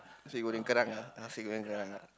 nasi-goreng-kerang ah nasi-goreng-kerang ah